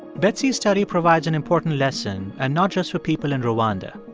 betsy's study provides an important lesson, and not just for people in rwanda.